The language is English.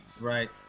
Right